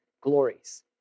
glories